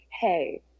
Hey